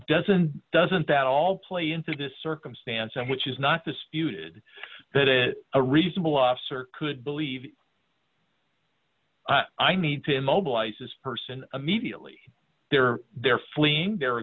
doesn't doesn't that all play into this circumstance which is not disputed that it a reasonable officer could believe i need to mobilize this person immediately there they're